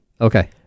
Okay